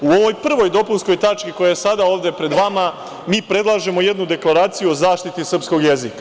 U ovoj prvoj dopunskoj tački, koja je sada ovde pred vama, mi predlažemo jednu deklaraciju o zaštiti srpskog jezika.